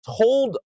told